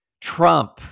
Trump